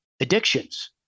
addictions